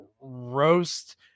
roast